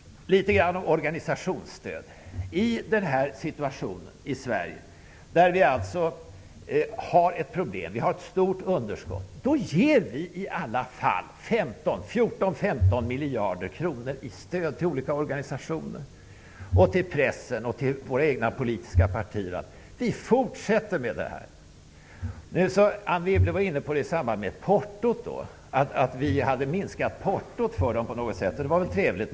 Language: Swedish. Litet grand om organisationsstöd: I den situation som nu råder i Sverige, där vi har problem med ett stort budgetunderskott, ger vi ändå 14--15 miljarder kronor i stöd till olika organisationer, till pressen och till våra egna politiska partier. Detta fortsätter vi med. Anne Wibble var i samband med frågan om portot inne på att portokostnaderna för organisationerna har minskat på något sätt. Det var väl trevligt.